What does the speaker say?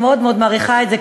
אני מאוד מאוד מעריכה את זה.